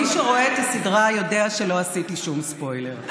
מי שרואה את הסדרה יודע שלא עשיתי שום ספוילר,